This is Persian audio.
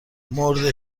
مرده